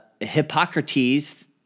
Hippocrates